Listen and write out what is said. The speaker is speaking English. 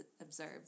observed